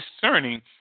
discerning